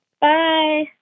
Bye